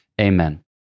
Amen